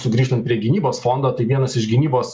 sugrįžtant prie gynybos fondo tai vienas iš gynybos